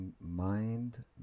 mind